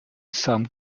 some